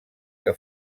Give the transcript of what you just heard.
que